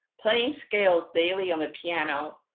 playing scales daily on the piano